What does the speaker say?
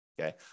okay